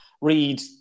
read